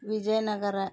Vijayanagara